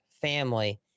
family